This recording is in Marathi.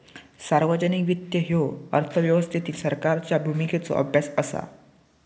सार्वजनिक वित्त ह्यो अर्थव्यवस्थेतील सरकारच्या भूमिकेचो अभ्यास असा